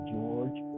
George